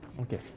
okay